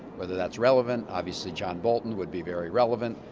whether that's relevant, obviously john bolton would be very relevant.